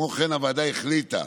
כמו כן, הוועדה החליטה